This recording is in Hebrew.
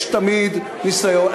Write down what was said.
יש תמיד ניסיון,